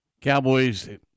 Cowboys